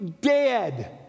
dead